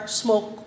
smoke